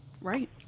Right